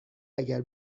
اگر